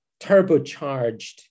turbocharged